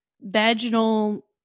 vaginal